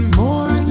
more